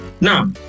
Now